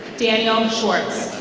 daniel schwartz.